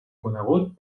conegut